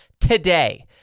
today